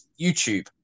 YouTube